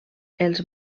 els